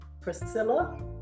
Priscilla